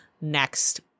next